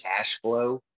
Cashflow